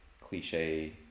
cliche